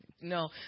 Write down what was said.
No